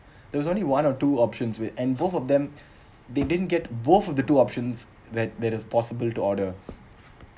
there was only one or two options with and both of them they didn't get both of the two options that that is possible to order